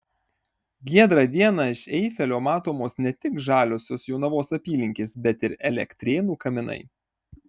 giedrą dieną iš eifelio matomos ne tik žaliosios jonavos apylinkės bet ir elektrėnų kaminai